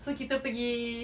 so kita pergi